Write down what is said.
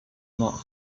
not